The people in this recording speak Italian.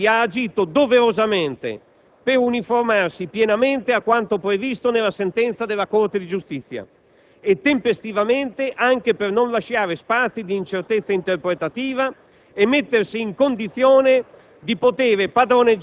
Il Governo, infatti, ha agito doverosamente, per uniformarsi pienamente a quanto previsto nella sentenza della Corte di giustizia, e tempestivamente, anche per non lasciare spazi di incertezza interpretativa e mettersi in condizione